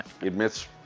admits